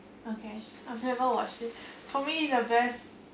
okay I've never watched it for me the best